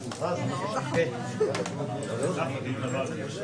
לא קיבלת תשובה.